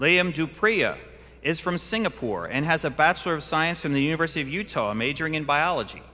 is from singapore and has a bachelor of science in the university of utah majoring in biology